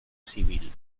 civil